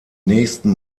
nächsten